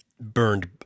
burned